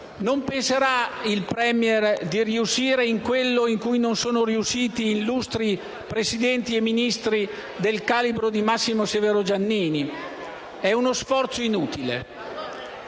Non penserà il *Premier* di riuscire in quello in cui non sono riusciti illustri Presidenti e Ministri del calibro di Massimo Severo Giannini? È uno sforzo inutile.